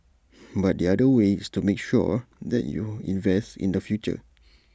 but the other way is to make sure that you invest in the future